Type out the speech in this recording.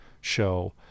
show